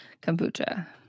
kombucha